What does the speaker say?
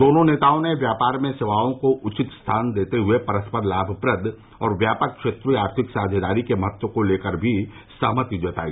दोनों नेताओं ने व्यापार में सेवाओं को उचित स्थान देते हुए परस्पर लामप्रद और व्यापक क्षेत्रीय आर्थिक साझेदारी के महत्व को लेकर भी सहमति जताई